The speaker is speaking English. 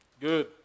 Good